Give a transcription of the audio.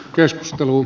keskustelu